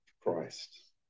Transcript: Christ